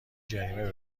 جریمه